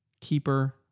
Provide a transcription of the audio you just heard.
keeper